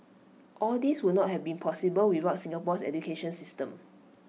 all these would not have been possible without Singapore's education system